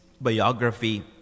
biography